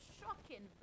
shocking